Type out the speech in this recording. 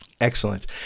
Excellent